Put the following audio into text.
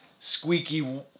squeaky